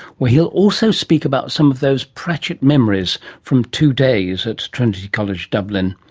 where he'll also speak about some of those pratchett memories from two days at trinity college dublin.